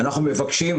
אנחנו מבקשים,